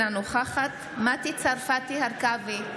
אינה נוכחת מטי צרפתי הרכבי,